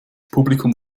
publikum